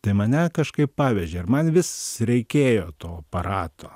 tai mane kažkaip pavežė ir man vis reikėjo to aparato